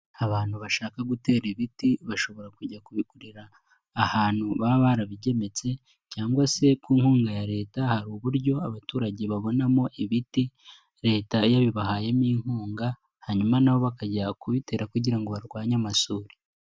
Abantu bashaka gutera ibiti bashobora kujya kubikorera ahantu baba barabigemetse cyangwa se ku nkunga ya leta hari uburyo abaturage babonamo ibiti leta yabibahayemo inkunga hanyuma na bo bakajya kubitera kugira ngo barwanye amasuri.